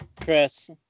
Chris